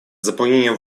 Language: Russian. заполнения